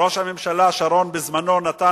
ראש הממשלה שרון אמר בזמנו: